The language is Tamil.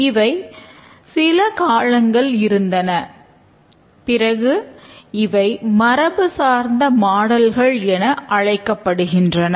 இவை சில காலங்கள் இருந்தன பிறகு இவை மரபுசார்ந்த மாடல்கள் என அழைக்கப்படுகின்றன